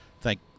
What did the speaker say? thank